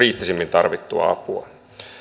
tarvittua apua